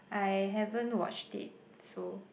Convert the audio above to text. I haven't watched it so